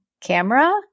camera